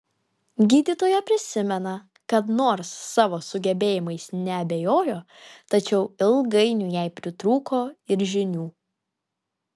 gydytoja prisimena kad nors savo sugebėjimais neabejojo tačiau ilgainiui jai pritrūko ir žinių